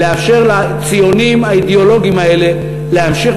ולאפשר לציונים האידיאולוגיים האלה להמשיך